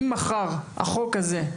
אם מחר החוק הזה,